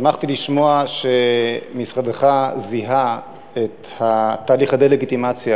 שמחתי לשמוע שמשרדך זיהה את תהליך הדה-לגיטימציה